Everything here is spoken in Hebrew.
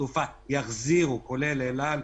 וחברות התעופה כולל אל על,